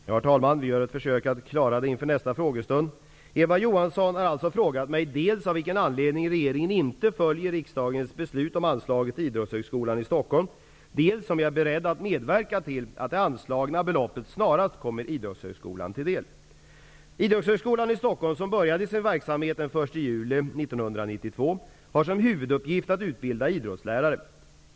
Herr talman! Eva Johansson har frågat mig dels av vilken anledning regeringen inte följer riksdagens beslut om anslaget till Idrottshögskolan i Stockholm, dels om jag är beredd att medverka till att det anslagna beloppet snarast kommer Idrottshögskolan i Stockholm som började sin verksamhet den 1 juli 1992 har som huvuduppgift att utbilda idrottslärare.